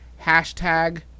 hashtag